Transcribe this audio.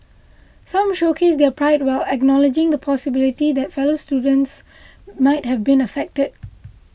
some showcased their pride while acknowledging the possibility that fellow students might have been affected